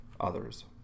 others